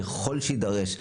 ככל שיידרש,